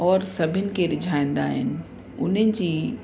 और सभिनि खे रिझाईंदा आहिनि उन्हनि जी